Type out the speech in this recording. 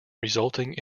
resulting